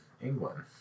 England